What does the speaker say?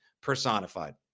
personified